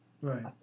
Right